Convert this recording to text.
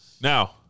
Now